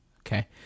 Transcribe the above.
Okay